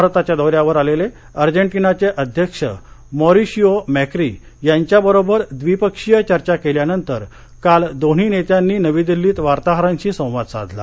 भारताच्या दौर्यावर आलेले अजॅटिनाचे अध्यक्ष मॉरिशिओ मॅक्री यांच्याबरोबर द्विपक्षीय चर्चा केल्यानंतर काल दोन्ही नेत्यांनी नवी दिल्लीत वार्ताहरांशी संवाद साधला